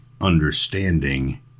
understanding